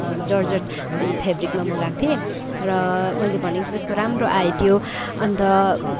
georgette फेब्रिकमा मगाएको थिएँ र मैले भनेको जस्तो राम्रो आयो त्यो अन्त